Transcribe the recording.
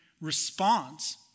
responds